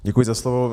Děkuji za slovo.